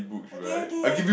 okay okay